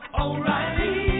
O'Reilly